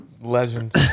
Legend